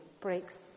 breaks